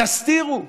תסתירו,